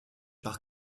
par